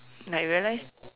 like I realized